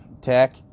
Tech